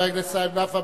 חבר הכנסת סעיד נפאע,